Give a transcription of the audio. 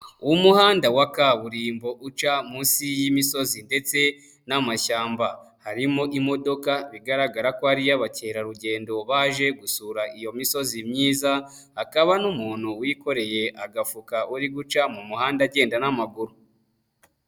Umuhanda wa kaburimbo uca munsi y'imisozi ndetse n'amashyamba. Harimo imodoka bigaragara ko ari iy'abakerarugendo baje gusura iyo misozi myiza, hakaba n'umuntu wikoreye agafuka uri guca mu muhanda agenda n'amaguru.